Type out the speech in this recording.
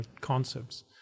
concepts